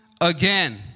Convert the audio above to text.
again